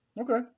okay